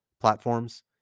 platforms